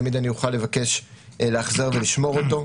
תמיד אני אוכל לבקש לאחזר ולשמור אותו.